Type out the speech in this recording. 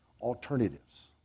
alternatives